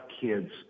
kids